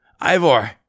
Ivor